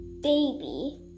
baby